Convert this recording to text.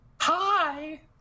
Hi